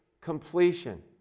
completion